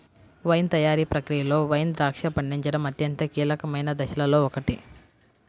wine తయారీ ప్రక్రియలో wine ద్రాక్ష పండించడం అత్యంత కీలకమైన దశలలో ఒకటి